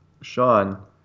Sean